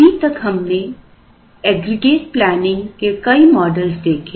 अभी तक हमने एग्रीगेट प्लानिंग के कई मॉडल्स देखें